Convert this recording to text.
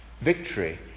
victory